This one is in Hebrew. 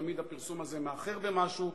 תמיד הפרסום הזה מאחר במשהו,